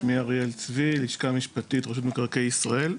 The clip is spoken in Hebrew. שמי אריאל צבי, לשכה משפטית, רשות מקרקעי ישראל.